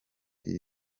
iyi